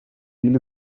или